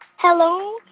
hello.